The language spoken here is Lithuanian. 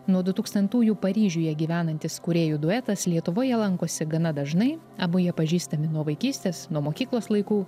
nuo du tūkstantųjų paryžiuje gyvenantis kūrėjų duetas lietuvoje lankosi gana dažnai abu jie pažįstami nuo vaikystės nuo mokyklos laikų